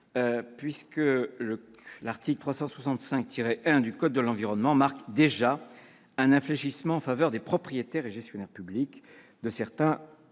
effet, l'article L. 365-1 du code de l'environnement marque déjà un infléchissement en faveur des propriétaires et gestionnaires publics de certains terrains